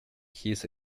his